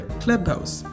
clubhouse